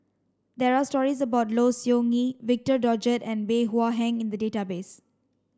there are stories about Low Siew Nghee Victor Doggett and Bey Hua Heng in the database